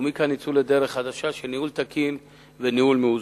ומכאן יצאו לדרך חדשה של ניהול תקין וניהול מאוזן.